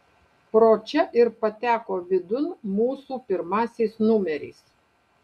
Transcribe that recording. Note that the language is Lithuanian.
pro čia ir pateko vidun mūsų pirmasis numeris